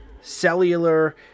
cellular